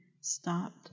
Stopped